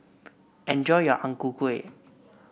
enjoy your Ang Ku Kueh